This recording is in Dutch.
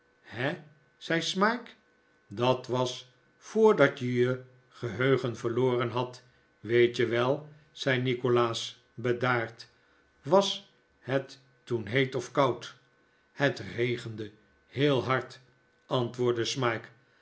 he zei smike dat was voordat je je geheugen verloren had weet je wel zei nikolaas bedaard was het toen heet of koud het regende heel hard antwoordde smike